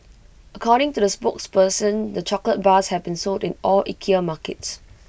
according to the spokesperson the chocolate bars have been sold in all Ikea markets